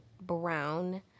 brown